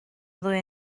ddwy